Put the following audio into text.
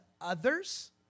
others